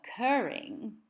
occurring